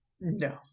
No